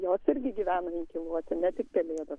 jos irgi gyvena inkiluose ne tik pelėdos